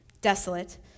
Desolate